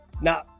Now